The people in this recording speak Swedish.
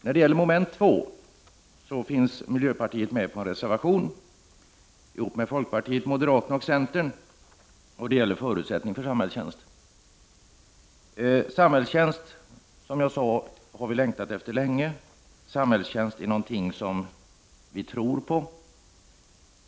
När det gäller mom. 2 finns miljöpartiet med bakom en reservation tillsammans med folkpartiet, moderaterna och centern. Det gäller förutsättning för samhällstjänst. Samhällstjänst är, som jag tidigare sade, något som vi länge har längtat efter. Samhällstjänst är någonting som vi tror på.